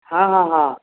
ହଁ ହଁ ହଁ